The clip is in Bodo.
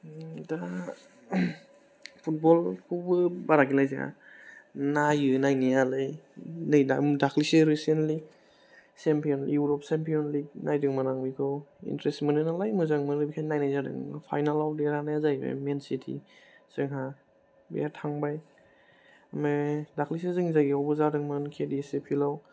दा फुतबलखौबो बारा गेलेनाय जाया नायो नायनायालाय नै दा दाख्लैसो recently champion Euro champion league नायदोंमोन आं बेखौ इन्थ्रेस मोनो नालाय मोजां मोनो बेखायनो नायनाय जादोंमोन फाइनेलाव देरहानाया जाहैबाय मेन सिति जोंहा बेयो थांबाय ओमफ्राय दाख्लैसो जोंनि जायगाावबो जादोंमोन के दि ए सि फ्लिडाव